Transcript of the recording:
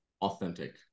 authentic